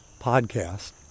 podcast